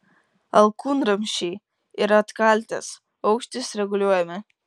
alkūnramsčiai ir atkaltės aukštis reguliuojami